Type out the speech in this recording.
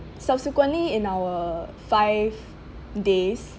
subsequently in our five days